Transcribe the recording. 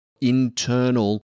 internal